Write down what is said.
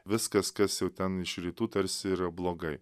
viskas kas jau ten iš rytų tarsi yra blogai